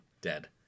dead